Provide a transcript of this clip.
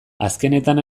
azkenetan